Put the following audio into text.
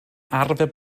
arfer